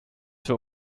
für